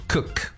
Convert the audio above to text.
Cook